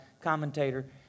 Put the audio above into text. commentator